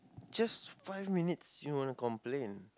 just five minutes you want to complain